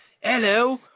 Hello